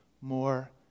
more